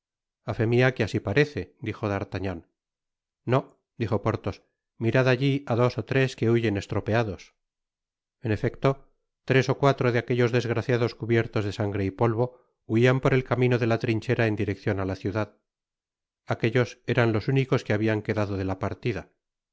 fé mia que asi parece dijo d'artagnan no dijo porthos mirad alli á dos ó tres que huyen estropeados en efecto tres ó cuatro de aquellos desgraciados cubiertos de sangre y polvo huian por el camino de la trinchera en direccion á la ciudad aquellos eran los únicos que babian quedado de la partida